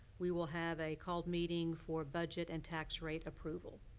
we will have a called meeting for budget and tax rate approval.